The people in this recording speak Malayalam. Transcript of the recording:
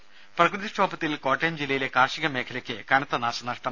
രുദ പ്രകൃതിക്ഷോഭത്തിൽ കോട്ടയം ജില്ലയിലെ കാർഷിക മേഖലക്ക് കനത്ത നാശനഷ്ടം